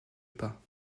pas